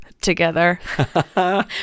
together